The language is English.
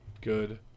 Good